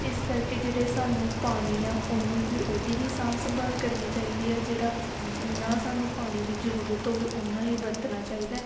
ਇਸ ਕਰਕੇ ਜਿਹੜੇ ਸਾਨੂੰ ਪਾਣੀ ਆ ਉਹਨੂੰ ਵੀ ਉਹਦੀ ਵੀ ਸਾਂਭ ਸੰਭਾਲ ਕਰਨੀ ਚਾਹੀਦੀ ਹੈ ਜਿਹੜਾ ਜਿੰਨਾ ਸਾਨੂੰ ਪਾਣੀ ਦੀ ਜ਼ਰੂਰਤ ਹੋਵੇ ਓਨਾ ਹੀ ਵਰਤਣਾ ਚਾਹੀਦਾ